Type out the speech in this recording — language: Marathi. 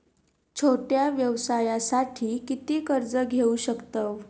छोट्या व्यवसायासाठी किती कर्ज घेऊ शकतव?